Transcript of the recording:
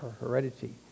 heredity